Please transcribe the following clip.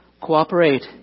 Cooperate